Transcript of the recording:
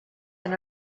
and